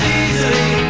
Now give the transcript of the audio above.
easily